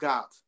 God